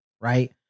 right